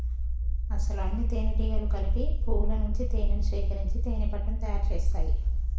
అసలు అన్నితేనెటీగలు కలిసి పువ్వుల నుంచి తేనేను సేకరించి తేనెపట్టుని తయారు సేస్తాయి